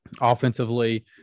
offensively